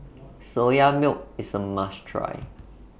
Soya Milk IS A must Try